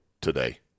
today